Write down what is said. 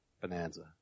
Bonanza